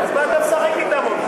אז מה אתם משחקים אִתם עוד?